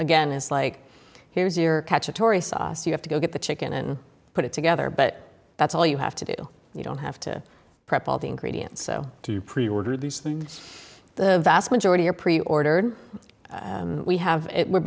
again is like here's your catch atory sauce you have to go get the chicken and put it together but that's all you have to do you don't have to prep all the ingredients so to preorder these things the vast majority are preordered we have